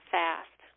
fast